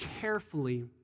carefully